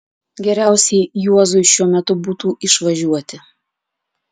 geriausiai juozui šiuo metu būtų išvažiuoti